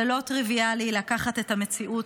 זה לא טריוויאלי לקחת את המציאות